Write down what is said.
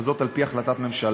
וזאת על פי החלטת ממשלה.